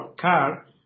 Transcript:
car